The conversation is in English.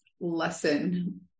lesson